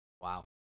Wow